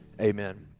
amen